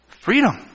freedom